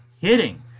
hitting